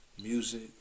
music